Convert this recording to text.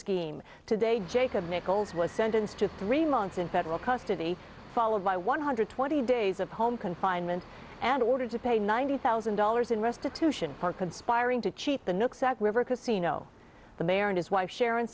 scheme today jacob nichols was sentenced to three months in federal custody followed by one hundred twenty days of home confinement and ordered to pay ninety thousand dollars in restitution for conspiring to cheat the new river casino the mayor and his wife sharon